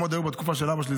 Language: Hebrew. הם עוד היו בתקופה של אבא שלי,